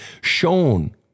shown